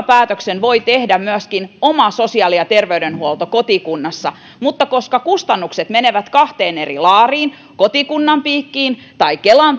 päätöksen voi tehdä myöskin oma sosiaali ja terveydenhuolto kotikunnassa mutta koska kustannukset menevät kahteen eri laariin kotikunnan piikkiin tai kelan